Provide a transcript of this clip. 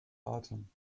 atem